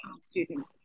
student